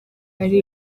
ari